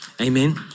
Amen